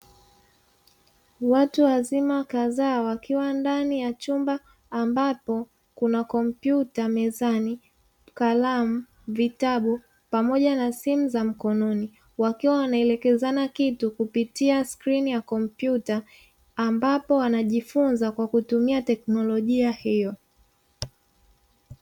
Watu wazima kadhaa wakiwa ndani ya chumba, ambapo kuna: kompyuta mezani, kalamu, vitabu, pamoja na simu za mkononi. Wakiwa wanaelekezana kitu kupitia skrini ya kompyuta, ambapo wanajifunza kwa kutumia teknolojia hiyo.